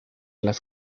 las